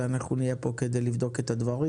ואנחנו נהיה פה כדי לבדוק את הדברים.